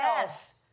Yes